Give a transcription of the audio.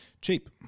Cheap